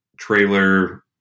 trailer